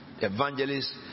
evangelists